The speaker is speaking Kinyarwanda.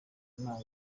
nta